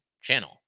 channel